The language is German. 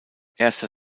erster